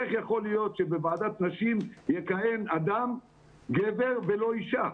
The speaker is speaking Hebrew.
איך יכול להיות שבוועדת נשים יכהן גבר ולא אישה?